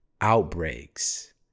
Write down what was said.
outbreaks